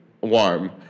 warm